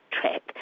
track